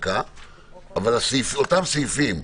אבל אותם סעיפים,